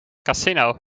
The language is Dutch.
casino